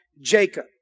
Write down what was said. Jacob